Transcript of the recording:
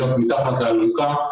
להיות מתחת לאלונקה.